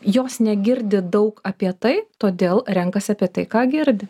jos negirdi daug apie tai todėl renkasi apie tai ką girdi